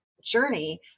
journey